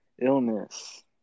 illness